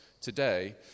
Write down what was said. today